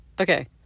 okay